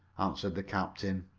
answered the captain.